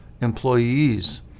employees